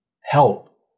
help